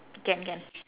can can